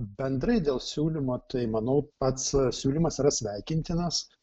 bendrai dėl siūlymo tai manau pats siūlymas yra sveikintinas